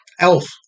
Elf